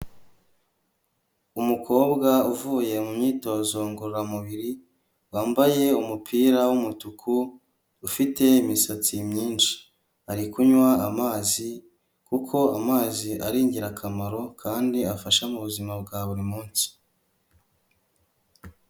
Umukobwa uvuye mu myitozo ngororamubiri wambaye umupira w’umutuku, ufite imisatsi myinshi, ari kunywa amazi kuko amazi ari ingirakamaro kandi afasha mu buzima bwa buri munsi.